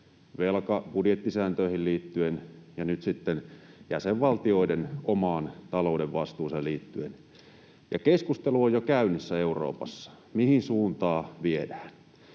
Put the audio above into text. ja budjettisääntöihin liittyen ja nyt sitten jäsenvaltioiden omaan taloudenvastuuseen liittyen ja keskustelu on Euroopassa jo käynnissä, mihin suuntaan viedään,